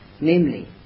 Namely